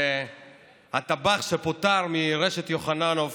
זה הטבח שפוטר מרשת יוחננוף